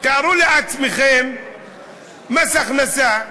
תארו לעצמכם שמס הכנסה,